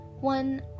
one